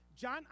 John